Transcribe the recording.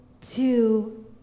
two